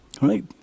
Right